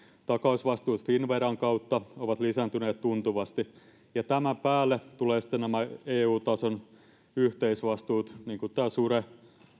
takausvastuut finnveran kautta ovat lisääntyneet tuntuvasti ja tämän päälle tulevat sitten nämä eu tason yhteisvastuut niin kuin tämä sure